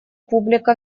публика